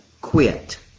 quit